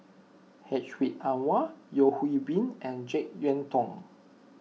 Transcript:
Hedwig Anuar Yeo Hwee Bin and Jek Yeun Thong